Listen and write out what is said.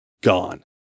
Gone